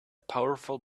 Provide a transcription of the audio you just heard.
powerful